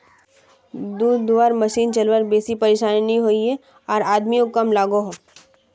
दूध धुआर मसिन चलवात बेसी परेशानी नि होइयेह आर आदमियों कम लागोहो